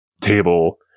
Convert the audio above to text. table